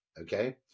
Okay